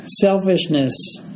selfishness